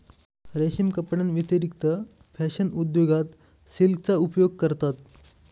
रेशीम कपड्यांव्यतिरिक्त फॅशन उद्योगात सिल्कचा उपयोग करतात